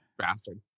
bastard